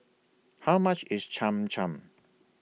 How much IS Cham Cham